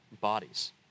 bodies